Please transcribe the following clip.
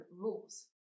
rules